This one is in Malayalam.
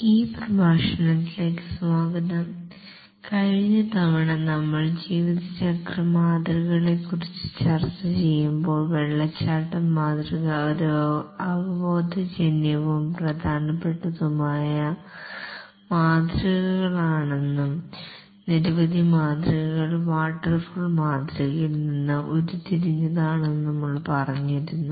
ഈ പ്രഭാഷണത്തിലേക്ക് സ്വാഗതം കഴിഞ്ഞ തവണ നമ്മൾ ജീവിത ചക്ര മാതൃക കളെക്കുറിച്ച് ചർച്ചചെയ്യുമ്പോൾ വാട്ടർഫാൾ മോഡൽ ഒരു അവബോധജന്യവും പ്രധാനപ്പെട്ടതുമായ മാതൃകകളാണെന്നും നിരവധി മാതൃകകൾ വാട്ടർഫാൾ മോഡലിൽ നിന്ന് ഉരുത്തിരിഞ്ഞതാണെന്നും നമ്മൾ പറഞ്ഞിരുന്നു